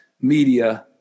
media